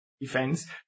defense